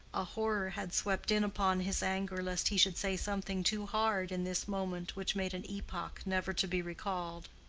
a horror had swept in upon his anger lest he should say something too hard in this moment which made an epoch never to be recalled.